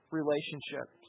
relationships